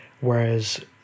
Whereas